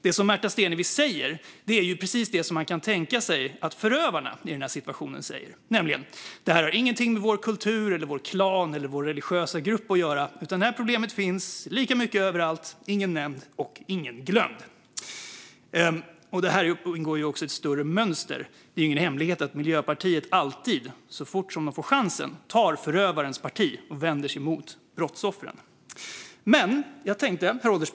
Det som Märta Stenevi säger är precis det som man kan tänka sig att förövarna i den här situationen säger, nämligen: Det här har ingenting med vår kultur, klan eller religiösa grupp att göra, utan det här problemet finns lika mycket överallt, ingen nämnd och ingen glömd. Det här ingår också i ett större mönster. Det är ingen hemlighet att Miljöpartiet alltid, så fort man får chansen, tar förövarens parti och vänder sig mot brottsoffren. Herr ålderspresident!